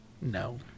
no